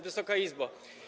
Wysoka Izbo!